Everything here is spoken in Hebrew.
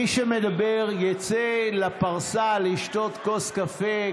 מי שמדבר שיצא לפרסה לשתות כוס קפה,